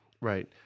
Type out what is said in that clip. Right